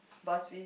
Buzzfeed